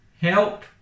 help